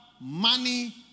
money